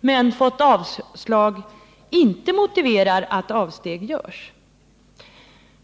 men fått avslag, inte finns motiv till att avsteg görs.